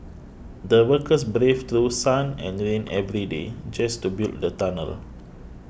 the workers braved through sun and rain every day just to build the tunnel